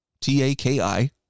T-A-K-I